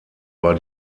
war